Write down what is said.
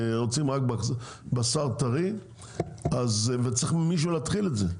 רוצים רק בשר טרי אז צריך מישהו להתחיל את זה,